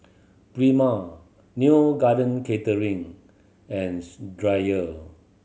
Prima Neo Garden Catering and Dreyer